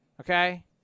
Okay